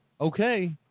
okay